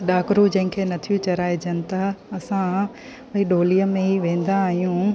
ॾाकिणियूं जंहिंखे नथियूं चढ़ाए जनि त असां भई डोलीअ में ई वेंदा आहियूं